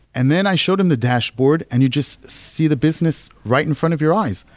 and then i showed him the dashboard and you just see the business right in front of your eyes,